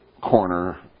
corner